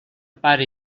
pare